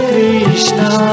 Krishna